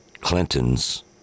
Clintons